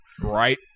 Right